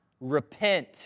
repent